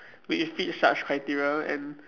which fits such criteria and